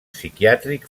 psiquiàtric